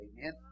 Amen